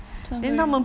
三个月